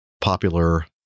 popular